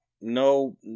No